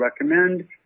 recommend